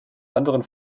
anderen